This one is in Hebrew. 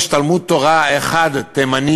יש תלמוד-תורה תימני